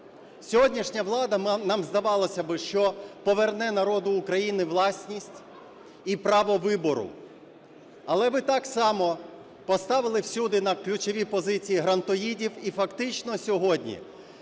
Сьогоднішня влада, нам здавалося би, що поверне народу Україну власність і право вибору, але ви так само поставили всюди на ключові позиції грантоїдів і фактично сьогодні